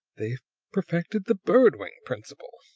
they've perfected the bird-wing principle!